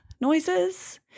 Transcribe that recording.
noises